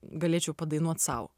galėčiau padainuot sau